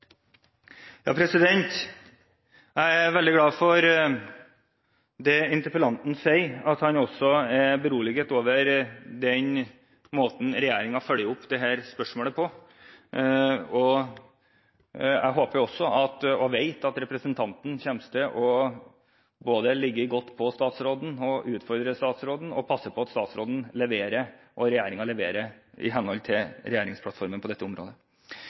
veldig glad for det interpellanten sier, at han er beroliget over den måten regjeringen følger opp dette spørsmålet på. Jeg håper også – og vet – at representanten kommer til både å utfordre statsråden og å passe på at statsråden og regjeringen leverer i henhold til regjeringsplattformen på dette området.